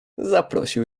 zaprosił